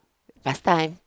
first time